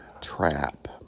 trap